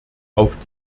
auf